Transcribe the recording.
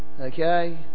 okay